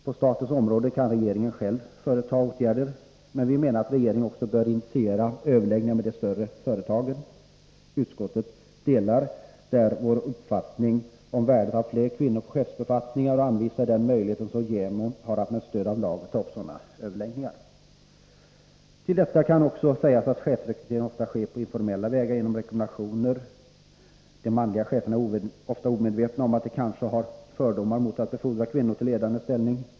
På statens område kan regeringen själv vidta åtgärder. Men vi menar att regeringen också bör initiera överläggningar med de större företagen. Utskottet delar vår uppfattning om värdet av fler kvinnor på chefsbefattningar och anvisar den möjlighet som JämO har att med stöd av lagen ta upp sådana överläggningar. Till detta kan också sägas att chefsrekrytering ofta sker på informella vägar genom rekommendationer. De manliga cheferna är ofta omedvetna om att de kanske har fördomar mot att befordra kvinnor till ledande ställning.